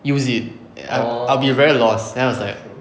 use I I'll be very lost then I was like